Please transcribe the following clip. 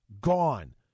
Gone